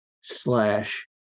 slash